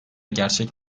gerçek